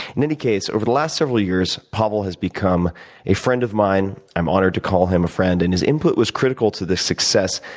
in any case, over the last several years, pavel has become a friend of mine. i'm honored to call him a friend. and his input was critical to the success,